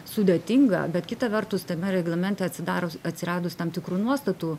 sudėtinga bet kita vertus tame reglamente atsidaro atsiradus tam tikrų nuostatų